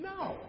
No